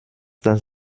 das